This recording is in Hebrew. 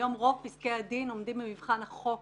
היום רוב פסקי הדין עומדים במבחן החוק.